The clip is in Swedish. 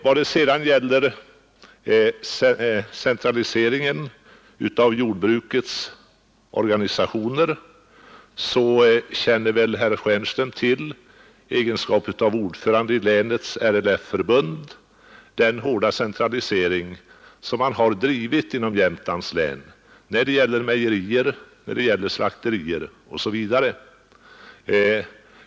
Vad sedan gäller centraliseringen av jordbrukets organisationer känner väl herr Stjernström i egenskap av ordförande i länets LRF-förbund till den hårda centralisering som drivits inom Jämtlands län när det gäller mejerier, slakterier osv.